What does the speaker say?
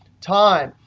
time.